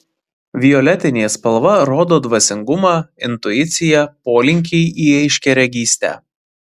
violetinė spalva rodo dvasingumą intuiciją polinkį į aiškiaregystę